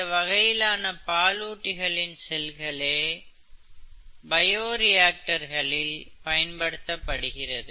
இந்த வகையிலான பாலூட்டிகளின் செல்களே mammal's cell பயோரியாக்டர்களில் பயன்படுத்தப்படுகிறது